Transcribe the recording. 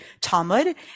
Talmud